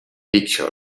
picture